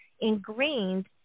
ingrained